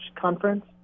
Conference